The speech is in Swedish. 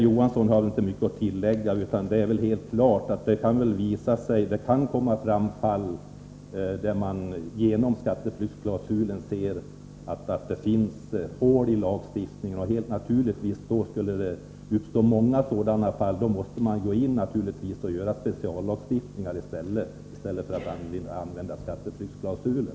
Jag har inte mycket att tillägga till Kjell Johansson. Det är helt klart att man med hjälp av skatteflyktsklausulen kan få fram fall som visar att det finns hål i lagstiftningen. Skulle det bli fråga om många sådana fall måste man naturligtvis stifta speciallagar i stället för att använda skatteflyktsklausulen.